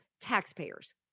Taxpayers